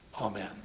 Amen